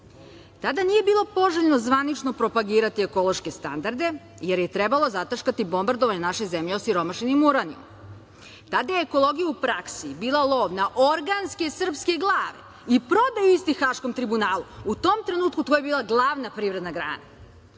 Tada nije bilo poželjno zvanično propagirati ekološke standarde, jer je trebalo zataškati bombardovanje naše zemlje osiromašenim uranijumom. Tada je ekologija u praksi bila lov na organske srpske glave i prodaja istih Haškom tribunalu. U tom trenutku to je bila glavna privredna grana. Sve